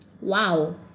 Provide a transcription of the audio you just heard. Wow